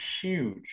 huge